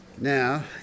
Now